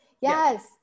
Yes